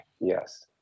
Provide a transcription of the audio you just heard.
Yes